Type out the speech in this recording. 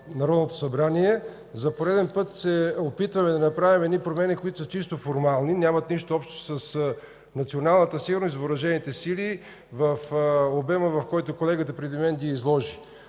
Народното събрание. За пореден път се опитваме да направим едни промени, които са чисто формални и нямат нищо с националната сигурност и Въоръжените сили в обема, в който колегата преди мен ги изложи.